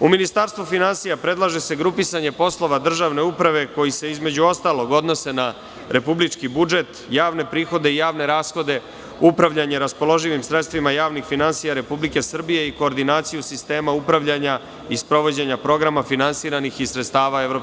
U Ministarstvu finansija predlaže se grupisanje poslova državne uprave, koji se između ostalog, odnose na republički budžet, javne prihode i javne rashode, upravljanje raspoloživim sredstvima javnih finansija Republike Srbije i koordinaciju sistema upravljanja i sprovođenja programa finansiranih iz sredstava EU,